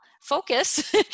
focus